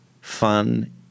fun